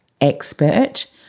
expert